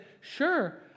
sure